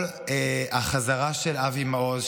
כל החזרה של אבי מעוז,